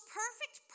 perfect